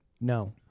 No